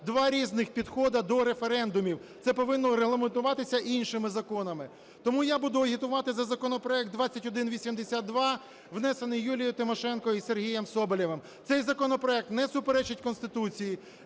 два різних підходи до референдумів. Це повинно регламентуватися іншими законами. Тому я буду агітувати за законопроект 2182, внесений Юлією Тимошенко і Сергієм Соболєвим. Цей законопроект не суперечить Конституції.